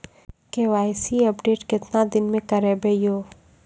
KYC update केतना दिन मे करेबे यो?